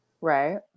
Right